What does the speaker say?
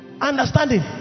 Understanding